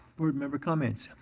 board member comments?